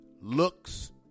looks